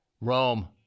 Rome